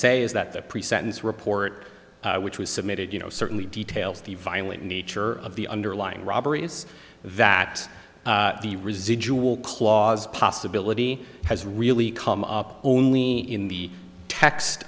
say is that the pre sentence report which was submitted you know certainly details the violent nature of the underlying robbery is that the residual clause possibility has really come up only in the text